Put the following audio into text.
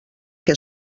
que